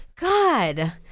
God